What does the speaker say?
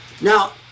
Now